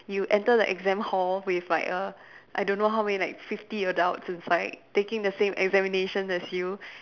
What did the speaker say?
you enter the exam hall with like err I don't know how many like fifty adults inside taking the same examination as you